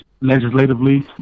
Legislatively